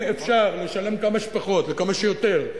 אם אפשר לשלם כמה שפחות לכמה שיותר,